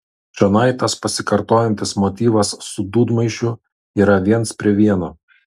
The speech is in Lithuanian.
čionai tas pasikartojantis motyvas su dūdmaišiu yra viens prie vieno